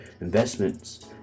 investments